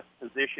position